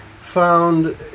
found